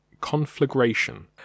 conflagration